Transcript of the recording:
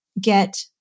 get